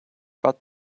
but